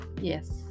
Yes